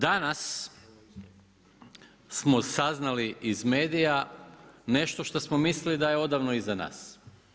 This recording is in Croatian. Danas smo saznali iz medija nešto što smo mislili da je odavno iza nas.